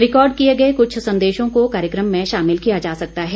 record किए गए कुछ संदेशों को कार्यक्रम में शामिल किया जा सकता है